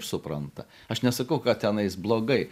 supranta aš nesakau kad tenais blogai